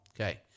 Okay